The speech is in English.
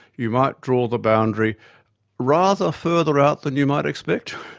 you might draw the boundary rather further out than you might expect.